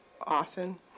often